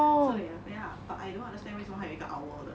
so they have ya but I don't understand 为什么会有一个 owl 的